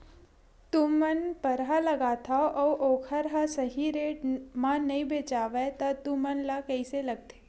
तू मन परहा लगाथव अउ ओखर हा सही रेट मा नई बेचवाए तू मन ला कइसे लगथे?